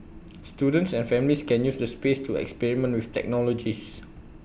students and families can use the space to experiment with technologies